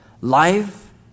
Life